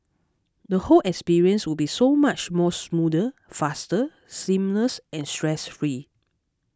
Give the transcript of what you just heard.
the whole experience would be so much more smoother faster seamless and stress free